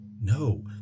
no